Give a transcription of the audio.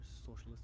socialist